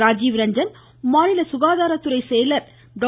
ராஜீவ்ரஞ்சன் மாநில சுகாதாரத்துறை செயலர் திரு